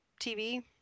TV